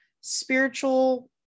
spiritual